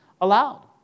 allowed